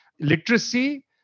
literacy